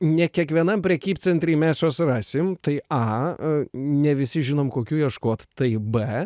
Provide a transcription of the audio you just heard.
ne kiekvienam prekybcentry mes juos rasim tai a ne visi žinome kokių ieškot tai b